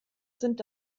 sind